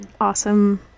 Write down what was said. awesome